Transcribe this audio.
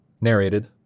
narrated